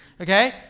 okay